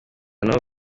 nabo